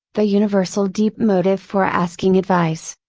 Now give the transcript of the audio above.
the universal deep motive for asking advice,